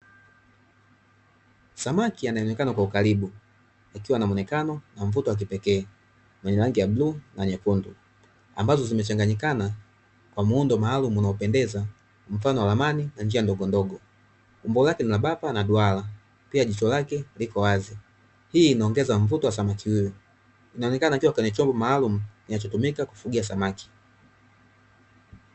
Samaki anaeonekana kwa karibu akiwa na muonekano na mvuto wa kipekee mwenye rangi ya bluu na nyekundu, ambazo zimechanganyikana kwa muundo maalumu unaopendeza mfano wa ramani na njia ndogo ndogo umbo la bapa na duara pia jicho lake liko wazi, hii inaongeza mvuto wa samaki huyo. Inaonekana yuko kwenye chombo maalumu kinachotumika kufugia samaki.